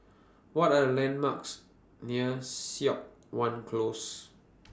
What Are The landmarks near Siok Wan Close